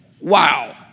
Wow